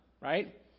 Right